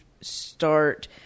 start